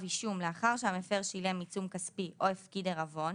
אישום לאחר שהמפר שילם עיצום כספי או הפקיד עירבון,